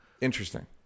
interesting